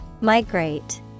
Migrate